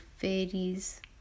fairies